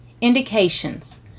indications